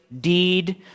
deed